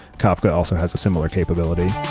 kafka also has a similar capability.